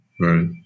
Right